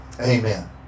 Amen